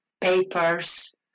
papers